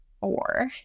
four